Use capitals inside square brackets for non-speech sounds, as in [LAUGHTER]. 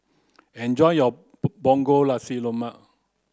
enjoy your [UNINTELLIGIBLE] punggol nasi lemak